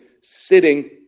sitting